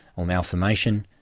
or malformation,